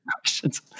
questions